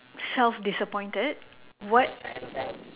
self disappointed what